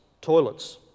toilets